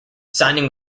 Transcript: signing